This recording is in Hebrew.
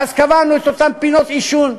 ואז קבענו שיהיו פינות עישון,